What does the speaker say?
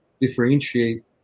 differentiate